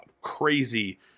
crazy